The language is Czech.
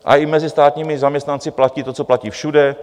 A i mezi státními zaměstnanci platí to, co platí všude.